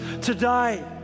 Today